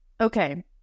okay